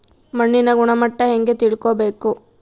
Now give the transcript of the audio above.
ಮಣ್ಣಿನ ಗುಣಮಟ್ಟ ಹೆಂಗೆ ತಿಳ್ಕೊಬೇಕು?